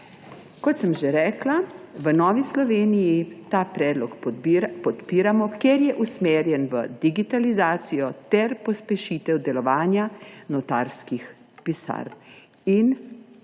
Kot sem že rekla, v Novi Sloveniji ta predlog podpiramo, ker je usmerjen v digitalizacijo ter pospešitev delovanja notarskih pisarn in